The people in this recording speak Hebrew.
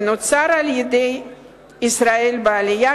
שנוצר על-ידי ישראל בעלייה,